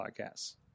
podcasts